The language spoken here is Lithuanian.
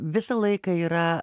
visą laiką yra